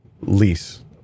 lease